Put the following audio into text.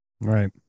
Right